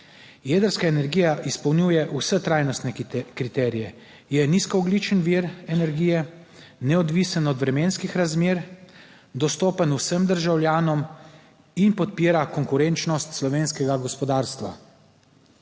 Jedrska energija izpolnjuje vse trajnostne kriterije. Je nizkoogljičen vir energije, neodvisen od vremenskih razmer, dostopen vsem državljanom in podpira konkurenčnost slovenskega gospodarstva.